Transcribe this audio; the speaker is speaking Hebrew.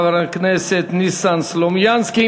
חבר הכנסת ניסן סלומינסקי.